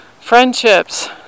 friendships